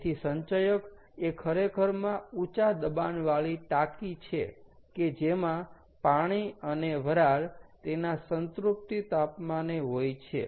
તેથી સંચયક એ ખરેખરમાં ઊંચા દબાણવાળી ટાંકી છે કે જેમાં પાણી અને વરાળ તેના સંતૃપ્તિ તાપમાને હોય છે